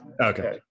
Okay